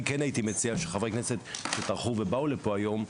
אני כן הייתי מציע שחברי כנסת שטרחו ובאו לפה היום,